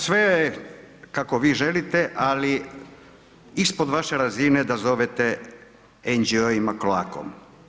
Sve je kako vi želite, ali ispod vaše razine da zovete NGO-ima kloakom.